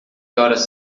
horas